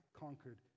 conquered